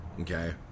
okay